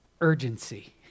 Urgency